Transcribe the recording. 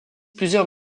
plusieurs